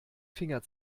finger